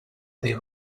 they